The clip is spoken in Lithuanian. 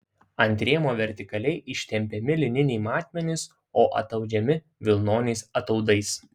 ant rėmo vertikaliai ištempiami lininiai metmenys o ataudžiami vilnoniais ataudais